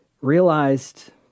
realized